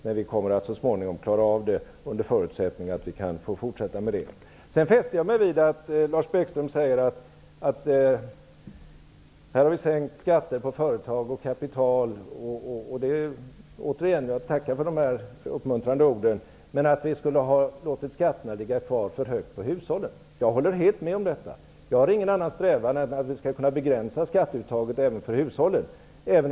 Men vi kommer så småningom att klara av detta, under förutsättning att vi får fortsätta. Jag fäster mig vid att Lars Bäckström påpekar att vi har sänkt skatterna för företag och på kapital. Jag tackar för de uppmuntrande orden. Men han hävdar att vi har låtit skatterna ligga kvar på en för hög nivå för hushållen. Jag håller helt med om detta. Jag har ingen annan strävan än att vi skall kunna begränsa skatteuttaget även för hushållen.